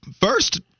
First